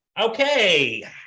Okay